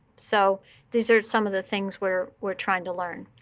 so these are some of the things we're we're trying to learn.